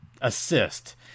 assist